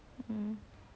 hmm